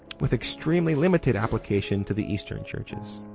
with extremely limited application to the eastern churches.